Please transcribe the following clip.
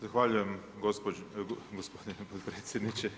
Zahvaljujem gospodine potpredsjedniče.